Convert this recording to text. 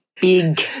big